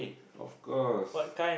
of course